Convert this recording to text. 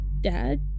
Dad